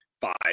five